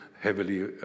heavily